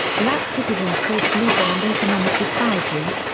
black citizens faced legal and economic disparities,